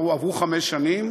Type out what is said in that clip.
עברו חמש שנים,